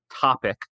topic